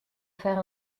faire